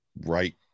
right